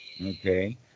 Okay